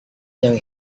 yang